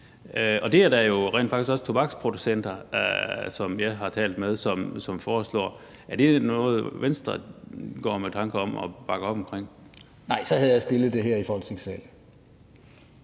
og det er der jo rent faktisk også tobaksproducenter, som jeg har talt med, der foreslår. Er det noget, Venstre går med tanker om at bakke op om? Kl. 16:51 Martin Geertsen